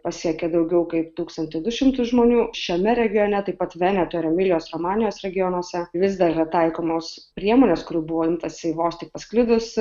pasiekė daugiau kaip tūkstantį du šimtus žmonių šiame regione taip pat veneto ir emilijos romanijos regionuose vis dar yra taikomos priemonės kurių buvo imtasi vos tik pasklidus